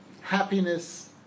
happiness